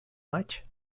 maig